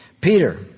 Peter